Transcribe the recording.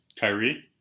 Kyrie